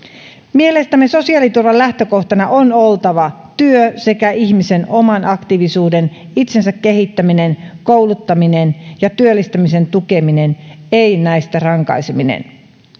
mielestämme sosiaaliturvan lähtökohtana on oltava työ sekä ihmisen oman aktiivisuuden itsensä kehittämisen kouluttamisen ja työllistymisen tukeminen ei näistä rankaiseminen